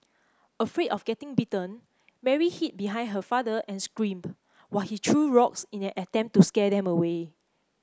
afraid of getting bitten Mary hid behind her father and screamed while he threw rocks in an attempt to scare them away